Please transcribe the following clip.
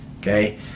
okay